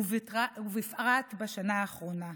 ובפרט בשנה האחרונה,